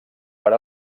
per